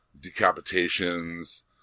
decapitations